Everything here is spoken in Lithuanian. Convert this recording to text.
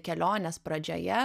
kelionės pradžioje